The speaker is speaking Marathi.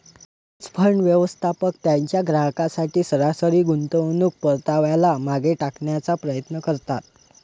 हेज फंड, व्यवस्थापक त्यांच्या ग्राहकांसाठी सरासरी गुंतवणूक परताव्याला मागे टाकण्याचा प्रयत्न करतात